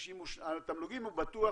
התמלוגים הוא בטוח,